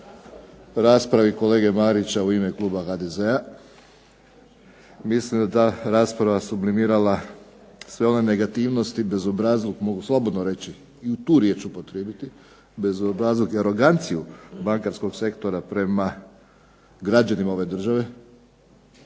raspravi kolege Marića u ime kluba HDZ-a. Mislim da je ta rasprava sublimirala sve one negativnosti, bezobrazluk mogu slobodno reći i tu riječ upotrijebiti, bezobrazluk i aroganciju bankarskog sektora prema građanima ove države,